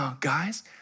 guys